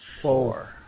four